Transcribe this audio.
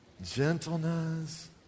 gentleness